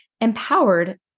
empowered